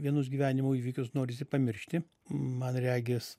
vienus gyvenimo įvykius norisi pamiršti man regis